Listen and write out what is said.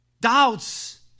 doubts